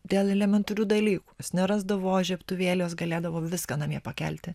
dėl elementarių dalykų nerasdavo žiebtuvėlio jis galėdavo viską namie pakelti